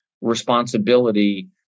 responsibility